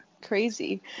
crazy